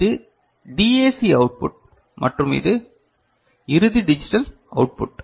இது DAC output மற்றும் இது இறுதி டிஜிட்டல் அவுட்புட்